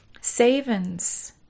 savings